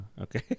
Okay